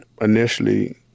initially